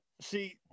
see